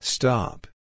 Stop